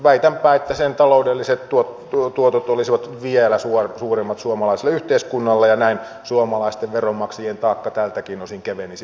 väitänpä että sen taloudelliset tuotot olisivat vielä suuremmat suomalaiselle yhteiskunnalle ja näin suomalaisten veronmaksajien taakka tältäkin osin kevenisi olennaisesti